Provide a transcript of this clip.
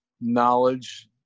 knowledge